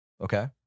okay